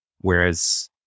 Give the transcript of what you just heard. whereas